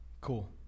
Cool